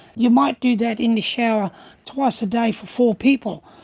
you might do that in the shower twice a day for four people.